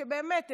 שבאמת,